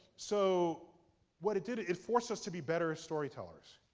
so what it did, it it forced us to be better ah storytellers.